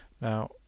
Now